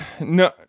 No